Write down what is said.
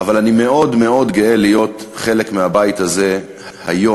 אבל אני מאוד מאוד גאה להיות חלק מהבית הזה היום,